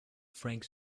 frank